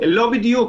לא בדיוק,